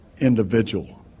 individual